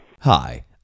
Hi